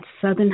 southern